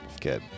Good